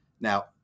now